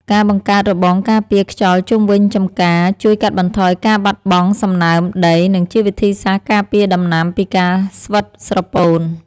ការបង្កើតរបងការពារខ្យល់ជុំវិញចម្ការជួយកាត់បន្ថយការបាត់បង់សំណើមដី និងជាវិធីសាស្ត្រការពារដំណាំពីការស្វិតស្រពោន។